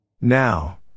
Now